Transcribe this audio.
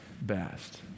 best